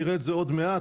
נראה את זה עוד מעט,